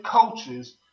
coaches